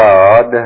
God